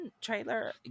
trailer